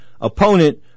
opponent